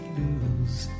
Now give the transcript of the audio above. lose